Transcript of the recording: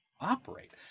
operate